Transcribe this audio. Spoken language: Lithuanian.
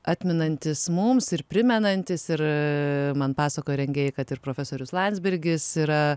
atminantis mums ir primenantis ir man pasakojo rengėjai kad ir profesorius landsbergis yra